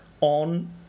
on